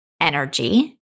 energy